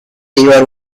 river